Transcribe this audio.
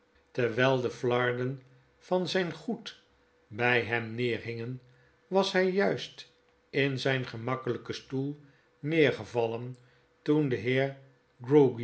terwgl de flarden van zijn goed by hem neerhingen was hg juist in zgn gemakkelgken stoel neergevallen toen de heer